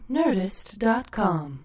nerdist.com